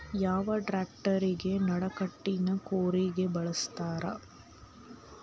ಯಾವ ಟ್ರ್ಯಾಕ್ಟರಗೆ ನಡಕಟ್ಟಿನ ಕೂರಿಗೆ ಬಳಸುತ್ತಾರೆ?